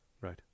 right